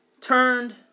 turned